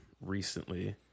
recently